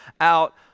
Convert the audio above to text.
out